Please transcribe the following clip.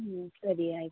ಹ್ಞೂ ಸರಿ ಆಯ್ತು